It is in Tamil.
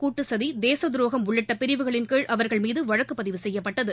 கூட்டுசதி தேசத் துரோகம் உள்ளிட்ட பிரிவுகளின்கீழ் அவர்கள் மீது வழக்கு பதிவு செய்யப்பட்டது